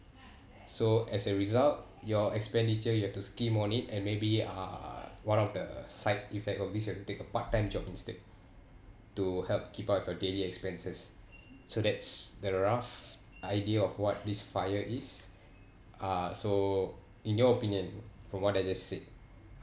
so as a result your expenditure you have to scheme on it and maybe uh one of the side effect of this you have to take a part-time job instead to help keep up with your daily expenses so that's the rough idea of what this fire is uh so in your opinion from what I just said